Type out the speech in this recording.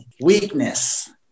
weakness